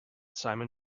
simon